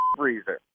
freezer